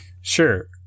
Sure